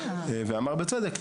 ואמר בצדק,